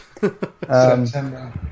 September